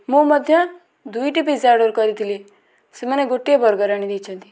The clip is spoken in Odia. ମୁଁ ମଧ୍ୟ ଦୁଇଟି ପିଜ୍ଜା ଅର୍ଡ଼ର୍ କରିଥିଲି ସେମାନେ ଗୋଟିଏ ବର୍ଗର୍ ଆଣି ଦେଇଛନ୍ତି